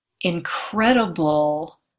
incredible